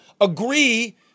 agree